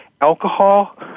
Alcohol